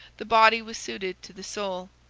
the body was suited to the soul.